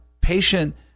patient